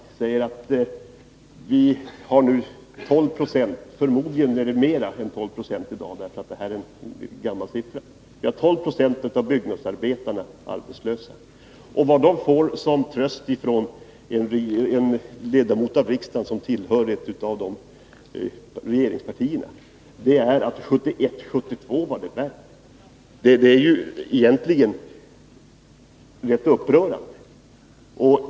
Han säger att nu är 12 70 av byggnadsarbetarna arbetslösa — förmodligen är det fler, eftersom detta är en gammal siffra. Vad de får som tröst från en ledamot av riksdagen som tillhör ett av regeringspartierna är att 1971/72 var det värre. Det är egentligen upprörande.